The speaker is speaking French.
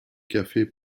café